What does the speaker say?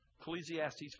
Ecclesiastes